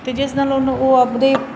ਅਤੇ ਜਿਸ ਨਾਲ ਉਹ ਆਪਣੇ